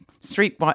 Street